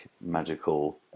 magical